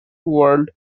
world